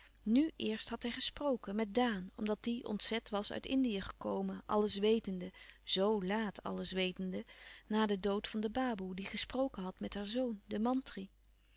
nu eerst had hij gesproken met daan omdat die ontzet was uit indië gekomen alles wetende zoo laat alles wetende na den dood van de baboe die gesproken had met haar zoon den mantri